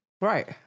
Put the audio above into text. Right